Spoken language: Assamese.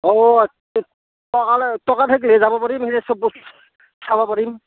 অঁ টকা টকা থাকিলেহে যাব পাৰিম চব বস্তু চাব পাৰিম